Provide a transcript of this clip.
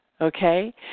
okay